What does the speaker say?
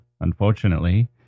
Unfortunately